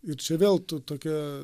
ir čia vėl tu tokia